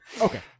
Okay